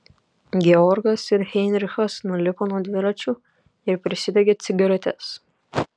georgas ir heinrichas nulipo nuo dviračių ir prisidegė cigaretes